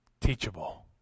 Teachable